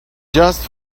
just